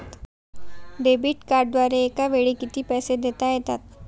Debit कार्डद्वारे एकावेळी किती पैसे देता येतात?